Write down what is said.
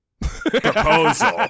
proposal